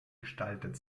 gestaltet